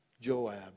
Joab